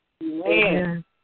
Amen